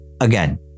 again